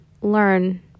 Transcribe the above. learn